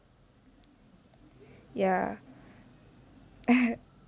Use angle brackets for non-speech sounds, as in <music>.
ya <laughs>